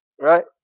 right